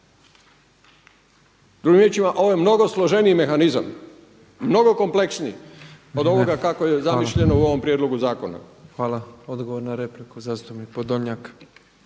Drugim riječima ovo je mnogo složeniji mehanizam, mnogo kompleksniji od ovoga kako je zamišljeno u ovom prijedlogu zakona. **Petrov, Božo (MOST)** Hvala. Odgovor na repliku zastupnik Podolnjak.